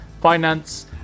finance